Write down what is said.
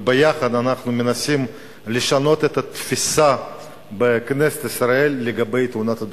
וביחד אנחנו מנסים לשנות את התפיסה בכנסת ישראל לגבי תאונות הדרכים.